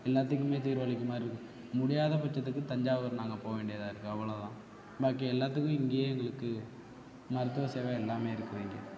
எல்லாத்துக்குமே தீர்வளிக்குமாறு இருக்குது முடியாத பட்சத்துக்கு தஞ்சாவூர் நாங்கள் போக வேண்டியதாக இருக்குது அவ்வளோதான் பாக்கி எல்லாத்துக்கும் இங்கேயே எங்களுக்கு மருத்துவ சேவை எல்லாமே இருக்குது இங்கே